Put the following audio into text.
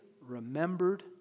remembered